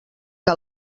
que